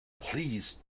please